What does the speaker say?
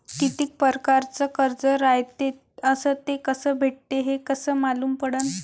कितीक परकारचं कर्ज रायते अस ते कस भेटते, हे कस मालूम पडनं?